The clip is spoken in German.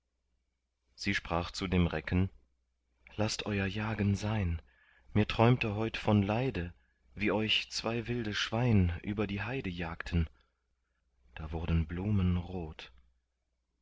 sie sprach zu dem recken laßt euer jagen sein mir träumte heut von leide wie euch zwei wilde schwein über die heide jagten da wurden blumen rot